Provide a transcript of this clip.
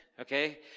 Okay